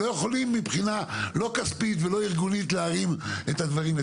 לא יכולים מבחינה כספית וארגונית להרים את הדברים.